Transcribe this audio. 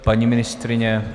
Paní ministryně?